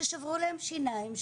ששברו להם שיניים,